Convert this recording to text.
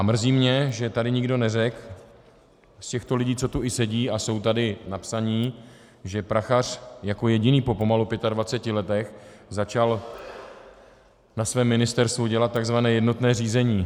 Mrzí mě, že tady nikdo neřekl z těchto lidí, co tu i sedí a jsou tady napsaní, že Prachař jako jediný po pomalu 25 letech začal na svém ministerstvu dělat tzv. jednotné řízení.